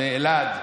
אלעד,